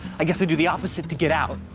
i guess i do the opposite to get out.